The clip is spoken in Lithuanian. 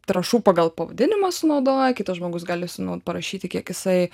trąšų pagal pavadinimą sunaudoja kitas žmogus gali sunau parašyti kiek jisai